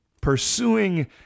pursuing